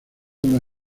una